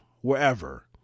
wherever